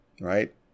right